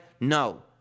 No